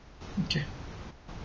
okay